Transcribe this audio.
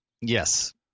Yes